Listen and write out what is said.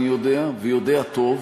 אני יודע ויודע טוב.